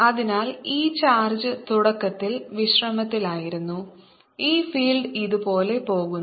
അതിനാൽ ഈ ചാർജ് തുടക്കത്തിൽ വിശ്രമത്തിലായിരുന്നു ഈ ഫീൽഡ് ഇതുപോലെ പോകുന്നു